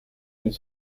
elles